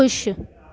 ख़ुशि